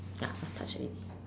ya lost touch already